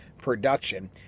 production